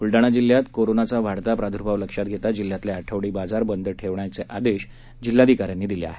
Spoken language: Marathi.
ब्लडाणा जिल्ह्यात कोरोनाचा वाढता प्रादुर्भाव लक्षात घेता जिल्ह्यातले आठवडी बाजार बंद ठेवण्याचे आदेश जिल्हाधिकाऱ्यांनी दिले आहेत